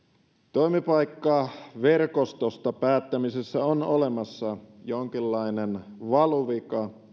toimipaikkaverkostosta päättämisessä on olemassa jonkinlainen valuvika